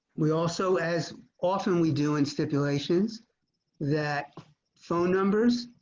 we also as often we do and stipulations that phone numbers.